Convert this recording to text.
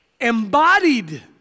embodied